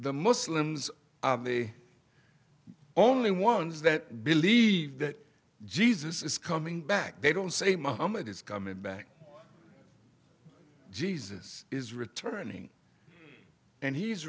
the muslims the only ones that believe that jesus is coming back they don't say momma is coming back jesus is returning and he's